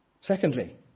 Secondly